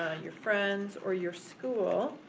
ah your friends or your school,